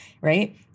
right